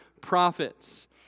Prophets